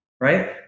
right